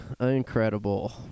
Incredible